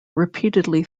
repeatedly